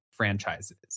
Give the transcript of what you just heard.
Franchises